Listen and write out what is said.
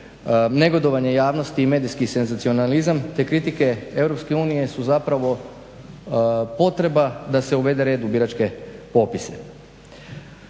negodovanje javnosti i medijski senzacionalizam, te kritike EU su zapravo potreba da se uvede red u biračke popise.